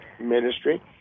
ministry